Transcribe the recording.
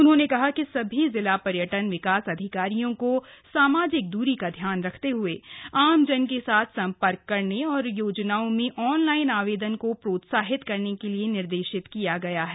उन्होंने कहा कि सभी जिला पर्यटन विकास अधिकारियों को सामाजिक द्री का ध्यान रखते हए आमजन के साथ संपर्क करने और योजनाओं में ऑनलाइन आवेदन को प्रोत्साहित करने के लिए निर्देशित किया गया है